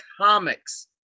comics